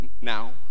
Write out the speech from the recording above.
Now